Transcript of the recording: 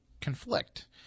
conflict